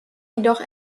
jedoch